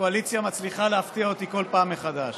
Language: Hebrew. שהקואליציה מצליחה להפתיע אותי כל פעם מחדש.